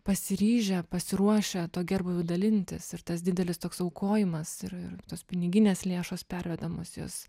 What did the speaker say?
pasiryžę pasiruošę tuo gerbūviu dalintis ir tas didelis toks aukojimas ir ir tos piniginės lėšos pervedamos jos